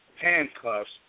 handcuffs